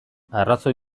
arrazoi